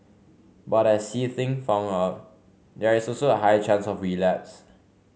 but as See Ting found out there is also a high chance of relapse